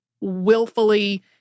willfully